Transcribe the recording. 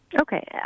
okay